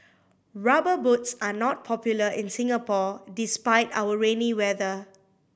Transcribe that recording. Rubber Boots are not popular in Singapore despite our rainy weather